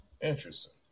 Interesting